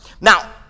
Now